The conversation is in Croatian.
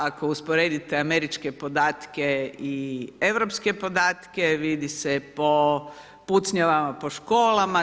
Ako usporedite američke podatke i europske podatke, vidi se po pucnjavama po školama.